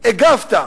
הגבת,